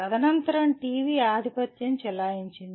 తదనంతరం టీవీ ఆధిపత్యం చెలాయించింది